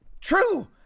true